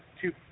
two